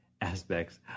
aspects